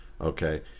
okay